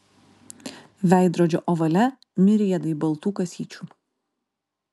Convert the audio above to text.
veidrodžio ovale miriadai baltų kasyčių